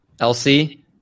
Elsie